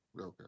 Okay